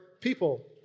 people